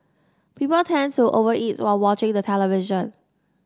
people tend to over eat while watching the television